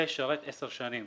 ושירת עשר שנים